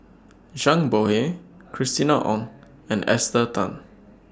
Zhang Bohe Christina Ong and Esther Tan